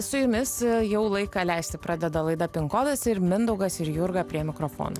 su jumis jau laiką leisti pradeda laida pin kodas ir mindaugas ir jurga prie mikrofono